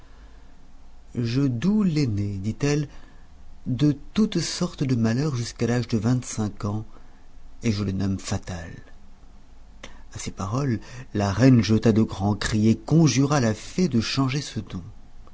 je doue l'aîné dit-elle de toutes sortes de malheurs jusqu'à l'âge de vingt-cinq ans et je le nomme fatal a ces paroles la reine jeta de grands cris et conjura la fée de changer ce don